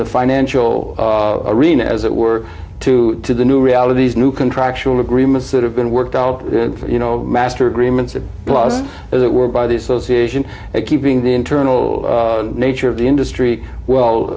the financial arena as it were to to the new realities new contractual agreements that have been worked out for you know master agreements plus as it were by the association it keeping the internal nature of the industry well